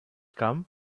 come